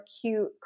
cute